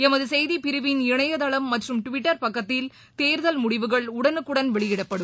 எமது செய்தி பிரிவின் இணையதளம் மற்றும் டிவிட்டர் பக்கத்தில் தேர்தல் முடிவுகள் உடனுக்குடன் வெளியிடப்படும்